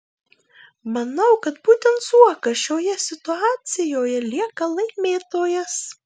manau kad būtent zuokas šioje situacijoje lieka laimėtojas